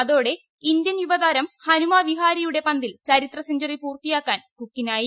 അതോടെ ഇന്ത്യൻ യുവതാരം ഹനുമ വിഹാരിയുടെ പന്തിൽ ചരിത്ര സെഞ്ചറി പൂർത്തിയാക്കാൻ കുക്കിനായി